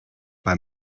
bei